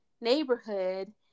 neighborhood